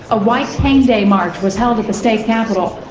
a white cane day march was held at the state capital.